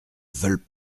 veulent